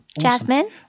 Jasmine